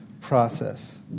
process